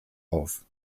auf